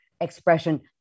expression